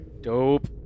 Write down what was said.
Dope